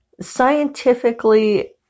scientifically